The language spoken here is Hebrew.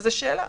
זאת שאלה.